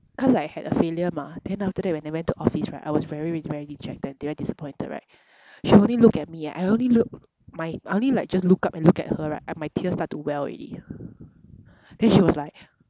cause I had a failure mah then after that when I went to office right I was very very rejected there very disappointed right she only look at me eh I only look my I only like just look up and look at her right I my tears start to well already then she was like